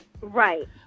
Right